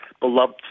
beloved